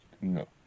No